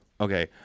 okay